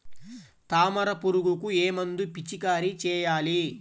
తామర పురుగుకు ఏ మందు పిచికారీ చేయాలి?